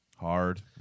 hard